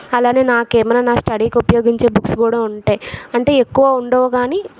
అలానే నాకేమైనా నా స్టడీకి ఉపయోగించే బుక్స్ కూడా ఉంటాయి అంటే ఎక్కువ ఉండవు కానీ